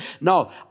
No